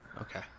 Okay